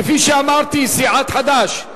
כפי שאמרתי: סיעת חד"ש,